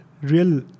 real